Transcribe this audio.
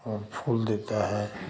और फूल देता है